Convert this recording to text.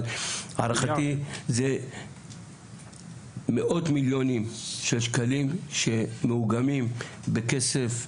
אבל להערכתי זה מאות מיליונים של שקלים שמאוגמים בכסף,